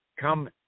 come